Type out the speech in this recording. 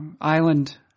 Island